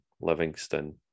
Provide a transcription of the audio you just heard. Livingston